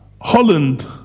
Holland